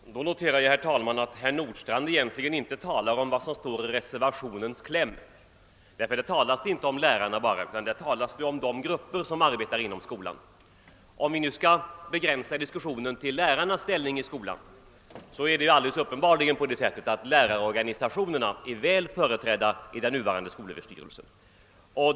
Herr talman! Då noterar jag, herr talman, att herr Nordstrandh egentligen inte talar om vad som står i reservationens kläm, därför att där talas inte bara om lärarna utan om de grupper som arbetar inom skolan. Om vi nu skall begränsa diskussionen till lärarnas ställning i skolan, är det uppenbarligen så att lärarorganisationerna är väl företrädda i den nuvarande skolöverstyrelsen.